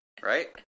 Right